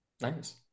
Nice